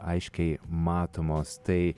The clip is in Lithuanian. aiškiai matomos tai